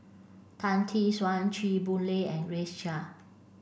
Tan Tee Suan Chew Boon Lay and Grace Chia